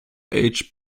age